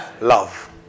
Love